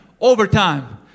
overtime